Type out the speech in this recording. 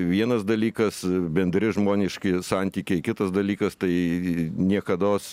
vienas dalykas bendri žmoniški santykiai kitas dalykas tai niekados